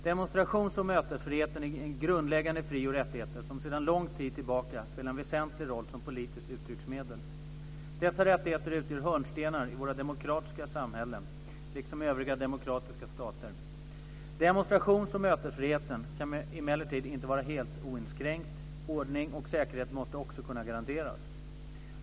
Demonstrations och mötesfriheten är grundläggande fri och rättigheter som sedan lång tid tillbaka spelar en väsentlig roll som politiskt uttrycksmedel. Dessa rättigheter utgör hörnstenar i vårt demokratiska samhälle, liksom i övriga demokratiska stater. Demonstrations och mötesfriheten kan emellertid inte vara helt oinskränkt, ordning och säkerhet måste också kunna garanteras.